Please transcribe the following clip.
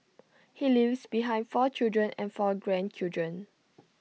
he leaves behind four children and four grandchildren